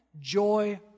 joy